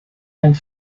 and